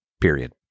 period